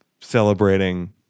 celebrating